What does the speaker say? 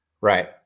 Right